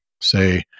say